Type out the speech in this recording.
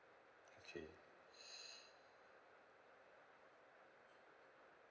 okay